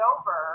over